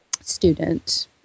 student